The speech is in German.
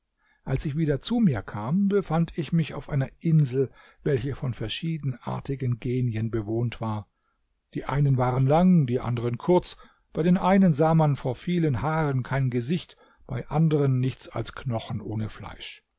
als ich wieder zu mir kam befand ich mich auf einer insel welche von verschiedenartigen genien bewohnt war die einen waren lang die anderen kurz bei den einen sah man vor vielen haaren kein gesicht bei anderen nichts als knochen ohne fleisch